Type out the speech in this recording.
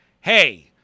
hey